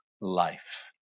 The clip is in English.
life